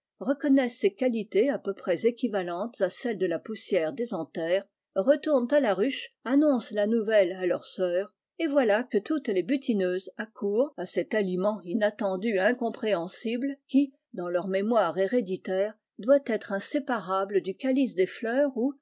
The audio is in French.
reconnaissent ses qualités à peu près équivalentes à celles de la poussière des anthères retournent à la ruche annoncent la nouvelle à leurs sœurs et voilà que toutes les butineuses ac courent à cet aliment inattendu et incompréhensible qui dans leur mémoire héréditaire doit être inséparable du calice des fleurs oîi